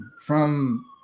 from-